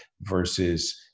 versus